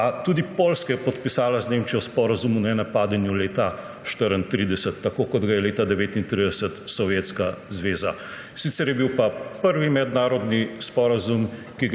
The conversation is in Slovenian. Pa tudi Poljska je podpisala z Nemčijo sporazum o nenapadanju leta 1934, tako kot ga je leta 1939 Sovjetska zveza. Sicer pa je bil prvi mednarodni sporazum,